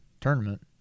tournament